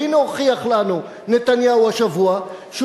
והנה הוכיח לנו נתניהו השבוע שהוא